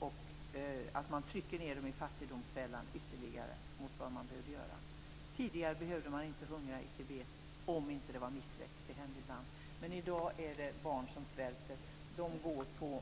Man trycker tibetanerna ned i fattigdomsfällan mer än vad man behövde göra. Tidigare behövde man inte hungra i Tibet, om det inte var missväxt. Men i dag svälter barnen. De går på